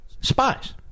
Spies